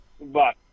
bye